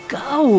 go